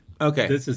Okay